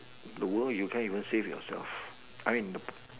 the world you can't even save yourself I nope